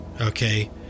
okay